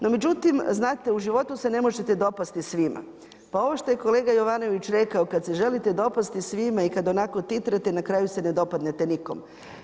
No međutim znate, u životu se ne možete dopasti svima, pa ovo što je kolega Jovanović rekao kada se želite dopasti svima i kada onako titrate, na kraju se ne dopadnete nikom.